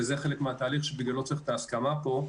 וזה חלק מהתהליך שבגללו צריך את ההסכמה פה.